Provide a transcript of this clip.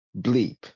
bleep